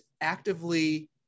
actively